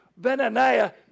Benaniah